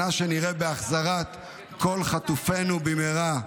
שנה שנראה בהחזרת כל חטופינו במהרה.